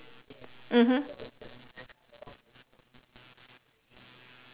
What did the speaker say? mmhmm